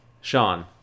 Sean